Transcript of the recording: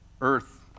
earth